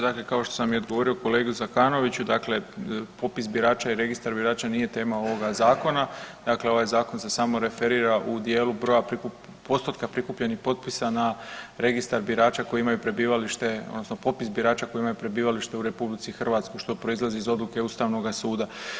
Dakle, kao što sam odgovorio kolegi Zekanoviću popis birača i registar birača nije tema ovoga zakona, dakle ovaj zakon se samo referira u dijelu broja postotka prikupljenih potpisa na registar birača koji imaju prebivalište odnosno popis birača koji imaju prebivalište u RH što proizlazi iz odluke Ustavnoga suda.